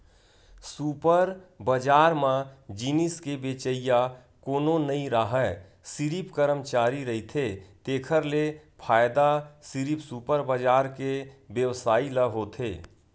super बजार म जिनिस के बेचइया कोनो नइ राहय सिरिफ करमचारी रहिथे तेखर ले फायदा सिरिफ सुपर बजार के बेवसायी ल होथे